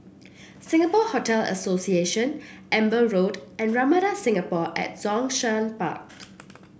Singapore Hotel Association Amber Road and Ramada Singapore at Zhongshan Park